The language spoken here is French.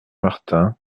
martin